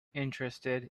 interested